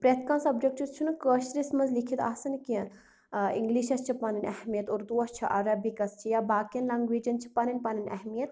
پرٛیٚتھ کانٛہہ سبجیٚکٹہٕ چھُنہ کٲشرِس مَنٛز لیٚکھِتھ آسان کیٚنٛہہ ٲں انٛگلِشَس چھِ پَنٕنۍ اہمیت اردو وَس چھِ عَرَبِکَس چھِ یا باقین لینٛگویجَن چھِ پَنٕنۍ پَنٕنۍ اہمیت